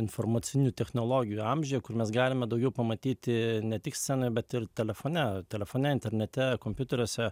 informacinių technologijų amžiuje kur mes galime daugiau pamatyti ne tik scenoje bet ir telefone telefone internete kompiuteriuose